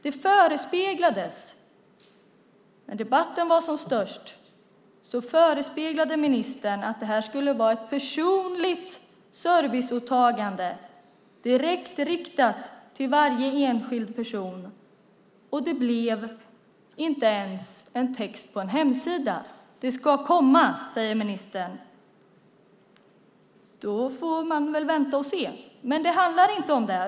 När debatten var som störst förespeglade ministern att det här skulle vara ett personligt serviceåtagande, direkt riktat till varje enskild person. Det blev inte ens en text på en hemsida. Det ska komma, säger ministern. Då får man väl vänta och se. Men det handlar inte om det.